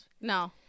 No